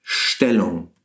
Stellung